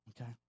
Okay